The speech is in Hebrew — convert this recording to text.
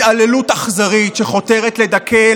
התעללות אכזרית שחותרת לדכא,